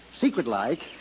Secret-like